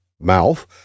mouth